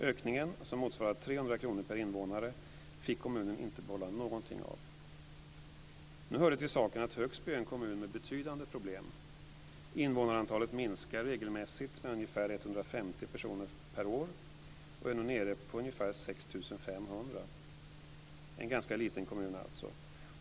Ökningen, som motsvarar 300 kr per invånare, fick kommunen inte behålla någonting av. Nu hör det till saken att Högsby är en kommun med betydande problem. Invånarantalet minskar regelmässigt med ungefär 150 personer per år och är nu nere på ungefär 6 500. Det är alltså en ganska liten kommun.